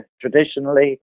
traditionally